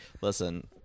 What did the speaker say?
listen